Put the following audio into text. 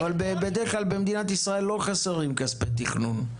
אבל בדרך כלל במדינת ישראל לא חסרים כספי תכנון,